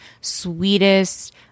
sweetest